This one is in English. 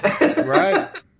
Right